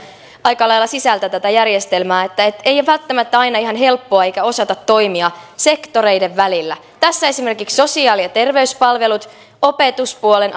aika lailla sisältä tätä järjestelmää että ei ole välttämättä aina ihan helppoa eikä osata toimia sektoreiden välillä tässä esimerkiksi sosiaali ja terveyspalvelut opetuspuolen